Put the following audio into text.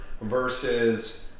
versus